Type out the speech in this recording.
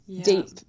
deep